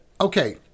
okay